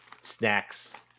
snacks